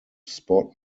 sport